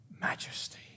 majesty